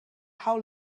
how